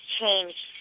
changed